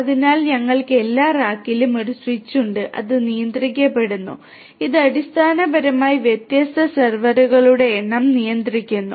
അതിനാൽ ഞങ്ങൾക്ക് എല്ലാ റാക്കിലും ഒരു സ്വിച്ച് ഉണ്ട് അത് നിയന്ത്രിക്കപ്പെടുന്നു ഇത് അടിസ്ഥാനപരമായി വ്യത്യസ്ത സെർവറുകളുടെ എണ്ണം നിയന്ത്രിക്കുന്നു